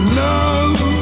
love